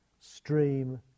stream